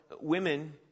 women